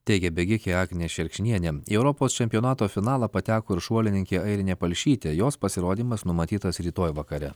teigė bėgikė agnė šerkšnienė į europos čempionato finalą pateko ir šuolininkė airinė palšytė jos pasirodymas numatytas rytoj vakare